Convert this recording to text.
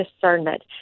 discernment